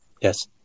yes